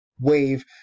wave